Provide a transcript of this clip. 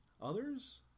Others